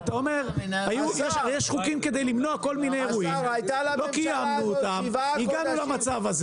וגם שם לא פינו את האוכלוסייה.